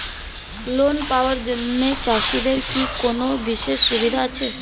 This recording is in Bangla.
লোন পাওয়ার জন্য চাষিদের কি কোনো বিশেষ সুবিধা আছে?